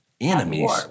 enemies